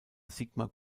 sigma